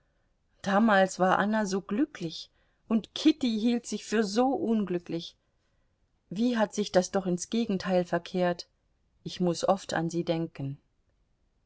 damals war anna so glücklich und kitty hielt sich für unglücklich wie hat sich das doch ins gegenteil verkehrt ich muß oft an sie denken